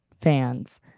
fans